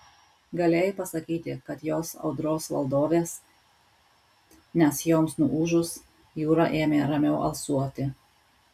galėjai pasakyti kad jos audros valdovės nes joms nuūžus jūra ėmė ramiau alsuoti